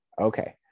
Okay